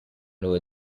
loro